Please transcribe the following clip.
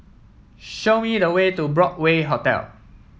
show me the way to Broadway Hotel